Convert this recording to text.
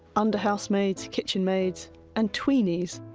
under housemaids, kitchen maids and tweenys,